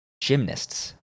Gymnasts